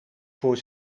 voor